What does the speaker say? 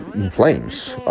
in flames